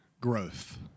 growth